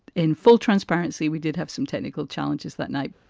in full transparency, we did have some technical challenges that night